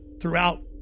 throughout